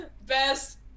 Best